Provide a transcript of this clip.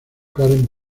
karen